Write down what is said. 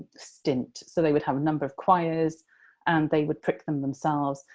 stint. so, they would have a number of quires and they would prick them themselves.